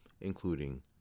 including